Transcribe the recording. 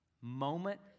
moment